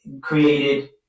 created